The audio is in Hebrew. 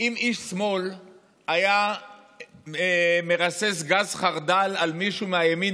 איש שמאל היה מרסס גז חרדל על מישהו מהימין,